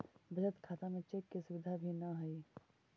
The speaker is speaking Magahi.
बचत खाता में चेक के सुविधा भी न हइ